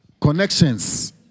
connections